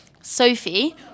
Sophie